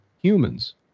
humans